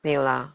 没有啦